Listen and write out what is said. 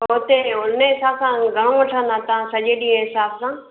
त उते उन हिसाबु सां घणो वठंदा तव्हां सॼे ॾींहं जे हिसाबु सां